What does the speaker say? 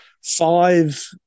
five